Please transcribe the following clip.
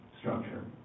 structure